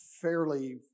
fairly